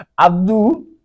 Abdul